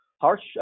harsh